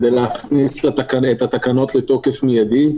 ולהכניס את התקנות לתוקף מיידי.